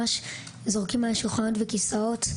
זורקים עליי שולחנות וכסאות.